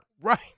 Right